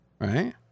Right